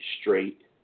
straight